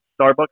Starbucks